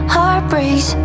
Heartbreaks